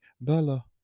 Bella